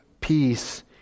peace